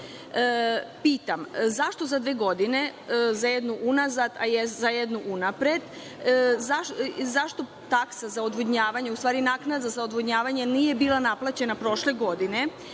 Pitam – zašto za dve godine, za jednu unazad, a za jednu unapred? I zašto taksa za odvodnjavanje, odnosno naknada za odvodnjavanje nije bila naplaćena prošle godine?